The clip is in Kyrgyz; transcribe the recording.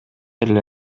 эле